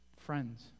Friends